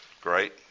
Great